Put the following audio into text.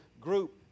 group